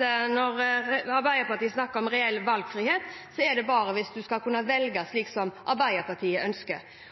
Arbeiderpartiet snakker om reell valgfrihet, er det bare hvis man skal kunne velge slik som Arbeiderpartiet ønsker.